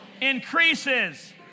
increases